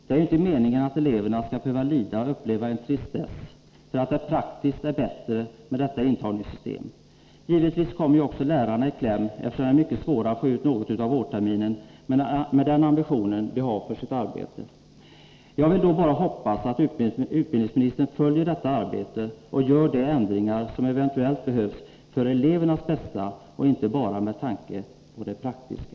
Det är ju inte meningen att eleverna skall behöva lida och uppleva en tristess därför att det praktiskt är bättre med detta intagningssystem. Givetvis kommer också lärarna i kläm, eftersom det är mycket svårare att få ut något av vårterminen med den ambition som lärarna har i sitt arbete. Jag hoppas att utbildningsministern följer detta arbete och gör de ändringar som eventuellt behövs med tanke på elevernas bästa och inte bara med tanke på det praktiska.